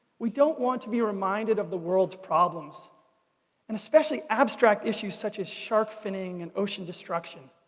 we don't want to be reminded of the world's problems and especially abstract issues such as shark finning and ocean destruction.